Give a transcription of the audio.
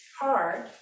hard